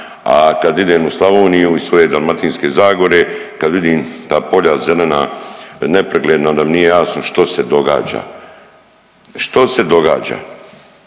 A kad idem u Slavoniju iz svoje Dalmatinske zagore kad vidim ta polja zelena nepregledna onda mi nije jasno što se događa. Što se događa?